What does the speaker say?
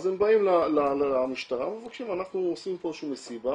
אז הם באים למשטרה ומבקשים "אנחנו עושים פה מסיבה,